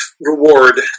reward